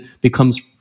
becomes